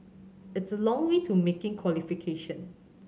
it's a long way to making qualification